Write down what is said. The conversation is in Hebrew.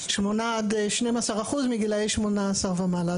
8% עד 12% מגילאי 18 ומעלה.